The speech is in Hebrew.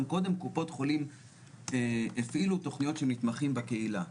קודם קופות חולים הפעילו תכניות של מתמחים בקהילה.